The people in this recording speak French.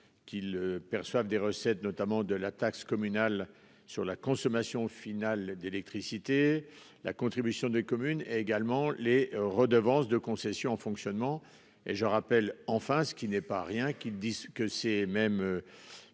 qu'ils perçoivent des recettes, notamment de la taxe communale sur la consommation finale d'électricité, la contribution des communes et également les redevances de concessions en fonctionnement et je rappelle enfin ce qui n'est pas rien, qu'ils disent que c'est même.